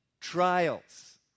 trials